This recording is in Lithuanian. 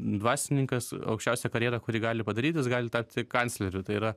dvasininkas aukščiausią karjerą kurį gali padaryti jis gali tapti kancleriu tai yra